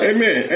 Amen